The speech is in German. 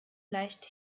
leicht